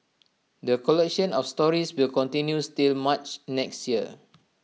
the collection of stories will continues till March next year